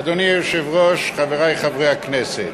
אדוני היושב-ראש, חברי חברי הכנסת,